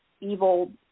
evil